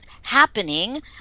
happening